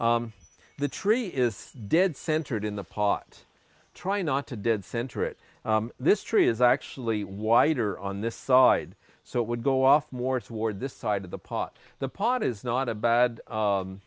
one the tree is dead centered in the pot try not to dead center it this tree is actually wider on this side so it would go off more sward this side of the pot the pot is not a bad